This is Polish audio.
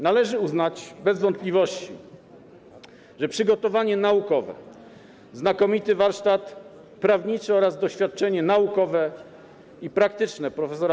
Należy uznać bez wątpliwości, że przygotowanie naukowe, znakomity warsztat prawniczy oraz doświadczenie naukowe i praktyczne prof.